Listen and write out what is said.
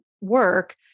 work